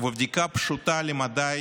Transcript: ובבדיקה פשוטה למדי